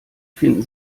finden